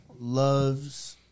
loves